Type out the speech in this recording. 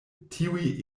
tiuj